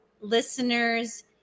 listeners